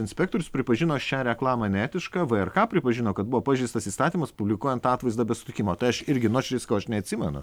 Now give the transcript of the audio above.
inspektorius pripažino šią reklamą neetiška vrk pripažino kad buvo pažeistas įstatymas publikuojant atvaizdą be sutikimo tai aš irgi nuoširdžiai sakau aš neatsimenu